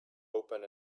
open